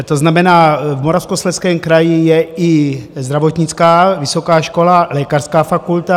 To znamená, v Moravskoslezském kraji je i zdravotnická vysoká škola, lékařská fakulta.